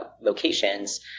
locations